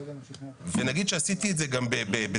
נניח שעשיתי את זה בזדון,